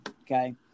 Okay